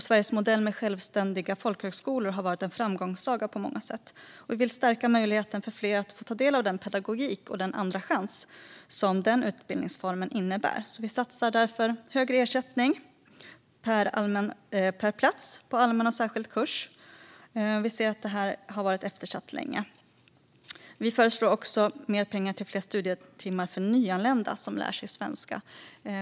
Sveriges modell med självständiga folkhögskolor har varit en framgångssaga på många sätt, och vi vill stärka möjligheten för fler att få ta del av den pedagogik och den andra chans som denna utbildningsform innebär. Vi satsar därför på högre ersättning per plats på allmän och särskild kurs då vi anser att detta har varit eftersatt länge. Vi föreslår också mer pengar till fler studietimmar för nyanlända som lär sig svenska.